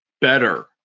better